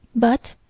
but,